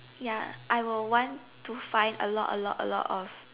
ya I will want to find a lot a lot a lot of